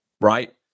right